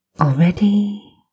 already